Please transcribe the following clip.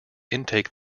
intake